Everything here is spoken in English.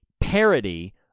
parody